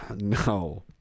no